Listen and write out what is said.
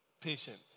Patience